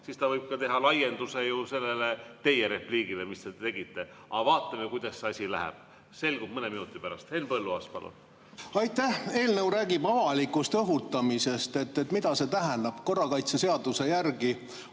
siis ta võib teha laienduse teie repliigile, mis te tegite. Aga vaatame, kuidas see asi läheb. Selgub mõne minuti pärast. Henn Põlluaas, palun! Aitäh! Eelnõu räägib avalikust õhutamisest. Mida see tähendab? Korrakaitseseaduse järgi